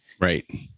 Right